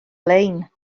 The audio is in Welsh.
lein